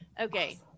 okay